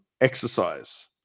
exercise